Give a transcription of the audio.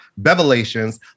Bevelations